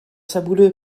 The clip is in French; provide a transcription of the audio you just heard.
sabouleux